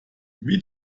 wie